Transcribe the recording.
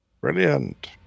Brilliant